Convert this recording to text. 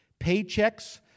Paychecks